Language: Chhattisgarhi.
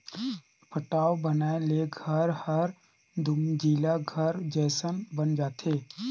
पटाव बनाए ले घर हर दुमंजिला घर जयसन बन जाथे